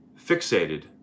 fixated